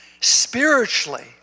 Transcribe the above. Spiritually